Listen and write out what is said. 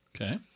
Okay